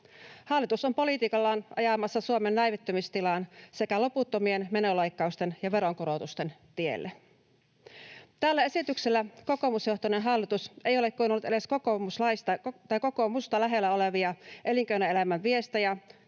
Hallitus on politiikallaan ajamassa Suomen näivettymistilaan sekä loputtomien menoleikkausten ja veronkorotusten tielle. Tällä esityksellä kokoomusjohtoinen hallitus ei ole kuunnellut edes kokoomusta lähellä olevan elinkeinoelämän viestejä